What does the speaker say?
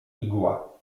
igła